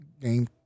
game